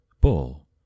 Bull